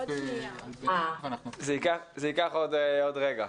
זה ייקח עוד רגע.